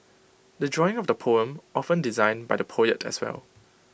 the drawing of the poem often designed by the poet as well